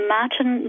Martin